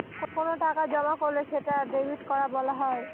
কোনো টাকা জমা করলে সেটা ডেবিট করা বলা হয়